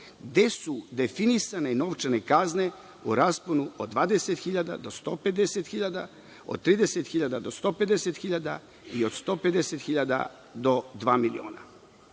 gde su definisane novčane kazne u rasponu od 20.000 do 150.000, od 30.000 do 150.000 i od 150.000 do dva miliona.